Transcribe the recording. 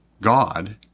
God